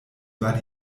war